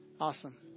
Awesome